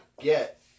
get